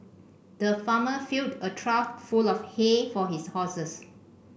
the farmer filled a trough full of hay for his horses